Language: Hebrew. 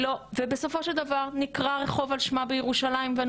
ובסופו של דבר נקרא רחוב על שמה בירושלים ואני